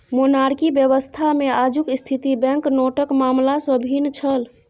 monarchy व्यवस्थामे आजुक स्थिति बैंकनोटक मामला सँ भिन्न छल